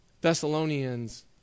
Thessalonians